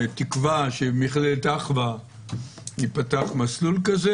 הייתה לנו תקווה שבמכללת אחווה יפתח מסלול כזה.